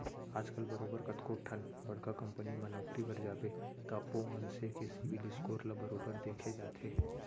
आजकल बरोबर कतको ठन बड़का कंपनी म नौकरी बर जाबे त ओ मनसे के सिविल स्कोर ल बरोबर देखे जाथे